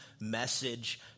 message